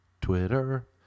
Twitter